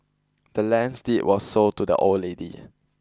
the land's deed was sold to the old lady